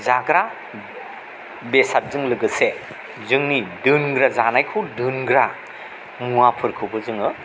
जाग्रा बेसादजों लोगोसे जोंनि दोनग्रा जानायखौ दोनग्रा मुवाफोरखौबो जोङो